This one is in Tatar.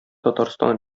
татарстан